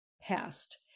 past